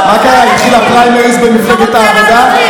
מה קרה, התחיל הפריימריז במפלגת העבודה?